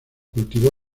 cultivó